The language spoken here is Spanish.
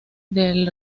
del